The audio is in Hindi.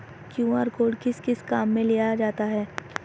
क्यू.आर कोड किस किस काम में लिया जाता है?